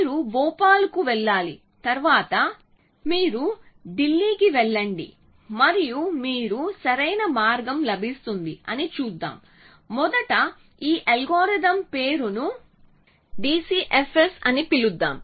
మీరు భోపాల్కు వెళ్లాలి తర్వాత మీరు ఢిల్లీకి వెళ్లండి మరియు మీకు సరైన మార్గం లభిస్తుంది అని చూద్దాం మొదట ఈ అల్గోరిథం పేరును డిసిఎఫ్ఎస్ అని పిలుద్దాం